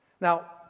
Now